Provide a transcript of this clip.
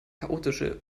chaotische